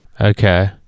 Okay